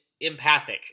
Empathic